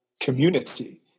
community